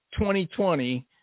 2020